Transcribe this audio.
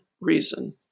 reason